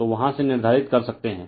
तो वहाँ से निर्धारित कर सकते हैं